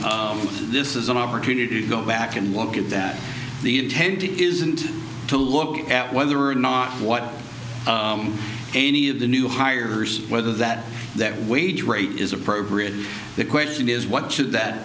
this is an opportunity to go back and look at that the intent isn't to look at whether or not what any of the new hires whether that that wage rate is appropriate the question is what should that